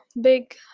big